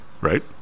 right